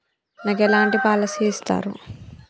నాకు ఎలాంటి పాలసీ ఇస్తారు?